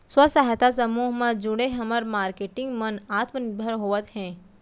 स्व सहायता समूह म जुड़े हमर मारकेटिंग मन आत्मनिरभर होवत हे